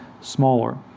smaller